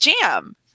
Jam